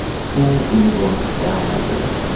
school isn't going to sound that way.